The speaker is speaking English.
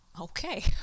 Okay